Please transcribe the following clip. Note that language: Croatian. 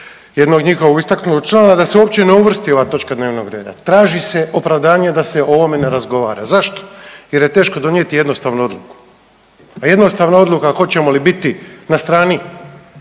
jednog njihovog istaknutog člana da se uopće ne uvrsti ova točka dnevnog reda. Traži se opravdanje da se o ovome ne razgovara. Zašto? Jer je teško donijeti jednostavnu odluku. A jednostavna odluka hoćemo li biti na strani